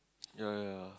yea